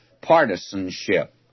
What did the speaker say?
partisanship